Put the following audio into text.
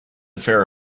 fair